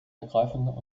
ergreifen